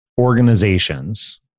organizations